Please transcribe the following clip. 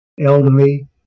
elderly